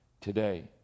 today